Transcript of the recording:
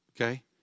okay